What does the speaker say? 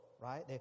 right